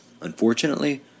Unfortunately